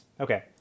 Okay